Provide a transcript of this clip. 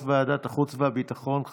מהתקופה שהיית יושבת-ראש ועד הסטודנטים בבאר